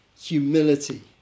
humility